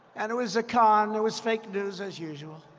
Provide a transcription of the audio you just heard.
and it was a con. it was fake news as usual.